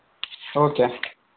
okay